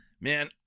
man